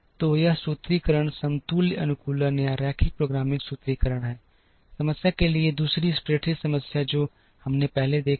तो यह सूत्रीकरण समतुल्य अनुकूलन या रैखिक प्रोग्रामिंग सूत्रीकरण है समस्या के लिए दूसरी स्प्रेडशीट समस्या जो हमने पहले देखी थी